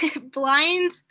blind